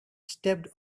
stepped